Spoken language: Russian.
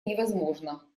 невозможно